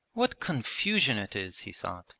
what confusion it is he thought.